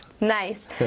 Nice